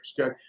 Okay